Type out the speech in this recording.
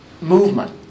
movement